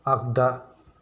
आगदा